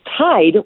tied